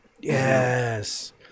Yes